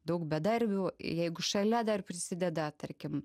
daug bedarbių jeigu šalia dar prisideda tarkim